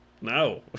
no